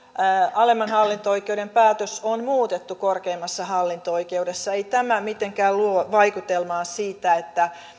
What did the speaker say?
alemman hallinto oikeuden päätös on muutettu korkeimmassa hallinto oikeudessa ei tämä mitenkään luo vaikutelmaa siitä että